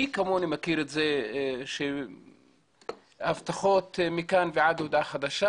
מי כמוני מכיר שיש הבטחות מכאן ועד הודעה חדשה,